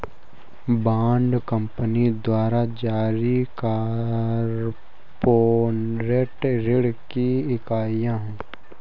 bond company द्वारा जारी corporate ऋण की इकाइयां हैं